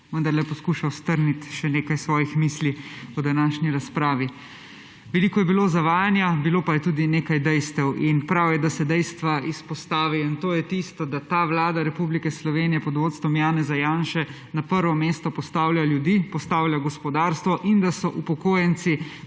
vendarle poskušal strniti še nekaj svojih misli o današnji razpravi. Veliko je bilo zavajanja, bilo je pa tudi nekaj dejstev in prav je, da se dejstva izpostavi. In to je, da Vlada Republike Slovenije pod vodstvom Janeza Janše na prvo mesto postavlja ljudi, postavlja gospodarstvo in da so upokojenci